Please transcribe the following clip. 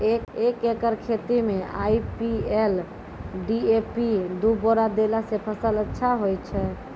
एक एकरऽ खेती मे आई.पी.एल डी.ए.पी दु बोरा देला से फ़सल अच्छा होय छै?